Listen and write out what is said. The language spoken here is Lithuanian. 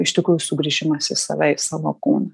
iš tikrųjų sugrįžimas į save savo kūną